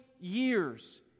years